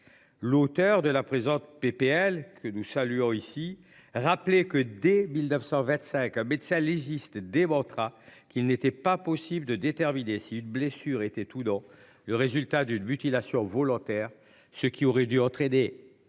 L'auteur de la présente PPL que nous saluons ici rappeler que dès 1925, médecin légiste démontra qu'il n'était pas possible de déterminer si une blessure était tous dans le résultat d'une mutilation volontaire ce qui aurait dû entraîner